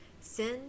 Sin